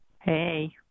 Hey